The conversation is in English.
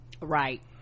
right